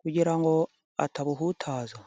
kugira ngo atabuhutaza.